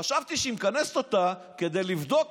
חשבתי שהיא מכנסת אותה כדי לבדוק